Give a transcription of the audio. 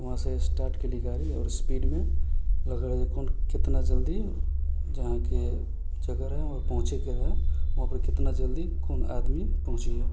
वहाँसँ स्टार्ट केली गाड़ी आओर स्पीडमे लगे रहै कोन कितना जल्दी जहाँके जगह रहै वहाँ पहुँचेके रहै वहाँपर कितना जल्दी कोन आदमी पहुँचैए